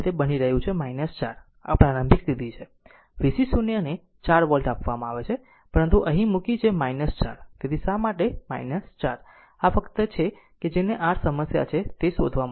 અને આ તેને બની રહ્યું છે 4 તે પ્રારંભિક સ્થિતિ છે vc 0 ને 4 વોલ્ટ આપવામાં આવે છે પરંતુ અહીં મૂકી 4 તેથી શા માટે લખાણ 4 આ ફક્ત આ જ છે જેને R સમસ્યા છે તે શોધવા માટે